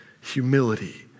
humility